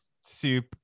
soup